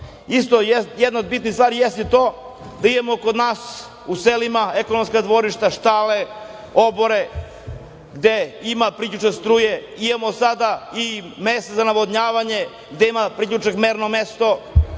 jedna od bitnih stvari jeste i to da imamo kod nas u selima, ekonomska dvorišta, štale, obore, gde ima priključak struje. Imamo sada i mesta za navodnjavanje, gde ima priključak, merno mesto